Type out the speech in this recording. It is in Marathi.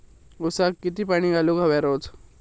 ऊसाक किती पाणी घालूक व्हया रोज?